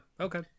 okay